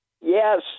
Yes